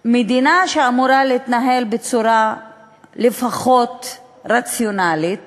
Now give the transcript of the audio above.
מדינה שאמורה להתנהל בצורה לפחות רציונלית